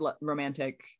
romantic